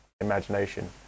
imagination